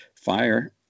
fire